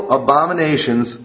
abominations